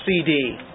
CD